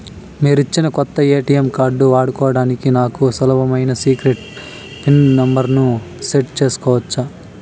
మీరిచ్చిన కొత్త ATM card వాడుకోవడానికి నాకు సులభమైన సీక్రెట్ పిన్ నెంబర్ ను సెట్ సేసుకోవచ్చా?